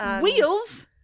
Wheels